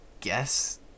guess